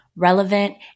relevant